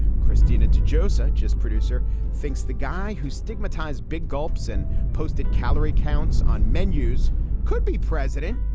krystina to joe, such as producer thinks the guy who stigmatized big gulps and posted calorie counts on menus could be president,